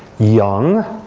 young,